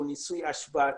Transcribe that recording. שהוא ניסוי השוואתי.